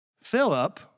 Philip